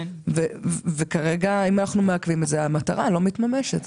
אם אנחנו מעכבים את זה, המטרה לא מתממשת.